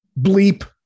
bleep